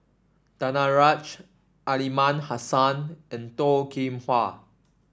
Danaraj Aliman Hassan and Toh Kim Hwa